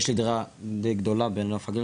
יש לי דירה די גדולה בנוף הגליל,